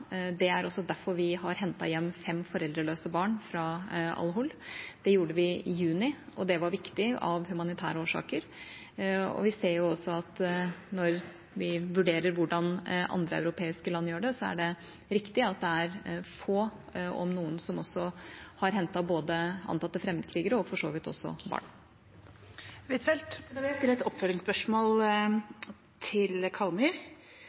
fra Al-Hol. Det gjorde vi i juni, og det var viktig av humanitære årsaker. Vi ser også at når vi vurderer hvordan andre europeiske land gjør det, er det riktig at det er få, om noen, som har hentet antatte fremmedkrigere og for så vidt også barn. Anniken Huitfeldt – til oppfølgingsspørsmål. Jeg vil stille et oppfølgingsspørsmål til